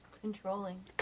Controlling